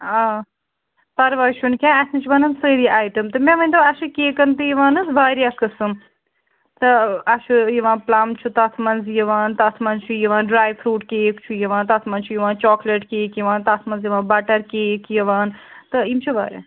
آ پرواے چھُنہٕ کیٚنہہ اَسہِ نِش بَنَن سٲری آیٹَم تہٕ مےٚ ؤنۍ تَو اَسہِ چھِ کیٚکَن تہِ یِوان حظ واریاہ قٕسٕم تہٕ اَسہِ چھِ یِوان پٕلَم چھِ تَتھ منٛز یِوان تَتھ منٛز چھِ یِوان ڈرٛےٚ فروٗٹ کیک چھُ یِوان تَتھ منٛز چھِ یِوان چاکلیٹ کیک یِوان تَتھ منٛز یِوان بَٹَر کیک یِوان تہٕ یِم چھِ واریاہ